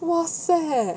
!wahseh!